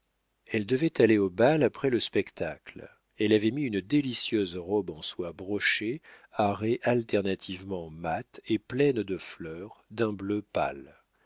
elle devait aller au bal après le spectacle elle avait mis une délicieuse robe en soie brochée à raies alternativement mates et pleines de fleurs d'un bleu pâle